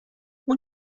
اون